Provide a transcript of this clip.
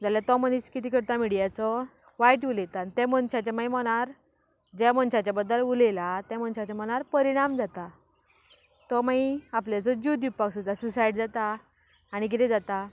जाल्या तो मनीस कितें करता मिडयाचो वायट उलयता आनी ते मनशाच्या मागीर मनार ज्या मनशाच्या बद्दल उलयलां ते मनशाच्या मनार परिणाम जाता तो मागीर आपल्याचो जीव दिवपाक सोदता सुसायड जाता आनी कितें जाता